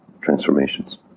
transformations